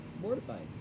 Mortified